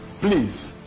please